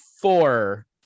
four